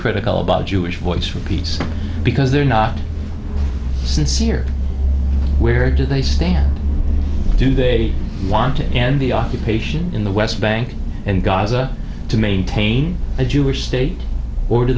critical about jewish voice for peace because they're not sincere where do they stand do they want to end the occupation in the west bank and gaza to maintain a jewish state or do